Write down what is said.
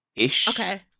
okay